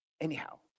Anyhow